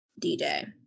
DJ